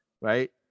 right